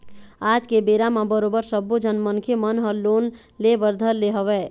आज के बेरा म बरोबर सब्बो झन मनखे मन ह लोन ले बर धर ले हवय